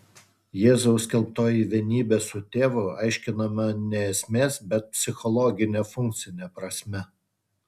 jėzaus skelbtoji vienybė su tėvu aiškinama ne esmės bet psichologine funkcine prasme